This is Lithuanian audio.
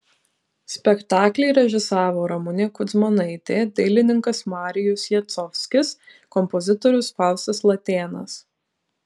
spektaklį režisavo ramunė kudzmanaitė dailininkas marijus jacovskis kompozitorius faustas latėnas